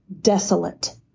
desolate